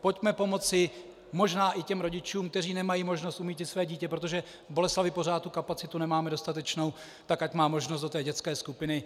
Pojďme pomoci možná i těm rodičům, kteří nemají možnost umístit své dítě, protože v Boleslavi pořád tu kapacitu nemáme dostatečnou, tak ať má možnost do té dětské skupiny.